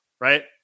right